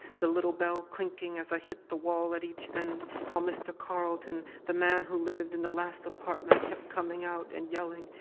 the little bell clinking as i hit the wall at each end. how mr. carlton, the man who lived in the last apartment, kept coming out and yelling,